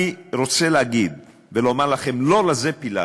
אני רוצה להגיד ולומר לכם, לא לזה פיללנו.